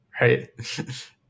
right